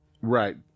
right